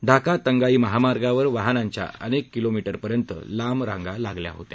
ढाका तंगाई महामार्गावर वाहनांच्या अनेक किलोमीटर लांब रांगा लागल्या होत्या